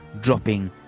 dropping